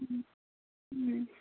उम उम